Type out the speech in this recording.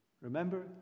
remember